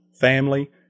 family